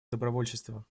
добровольчества